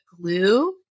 glue